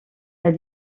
elle